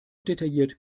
detailliert